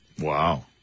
Wow